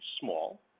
small